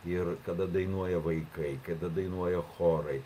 ir kada dainuoja vaikai kada dainuoja chorai